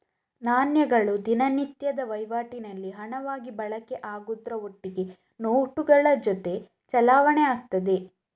ನಾಣ್ಯಗಳು ದಿನನಿತ್ಯದ ವೈವಾಟಿನಲ್ಲಿ ಹಣವಾಗಿ ಬಳಕೆ ಆಗುದ್ರ ಒಟ್ಟಿಗೆ ನೋಟುಗಳ ಜೊತೆ ಚಲಾವಣೆ ಆಗ್ತದೆ